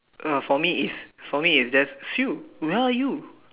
uh for me it's for me it's just Sue where are you